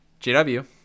jw